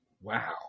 Wow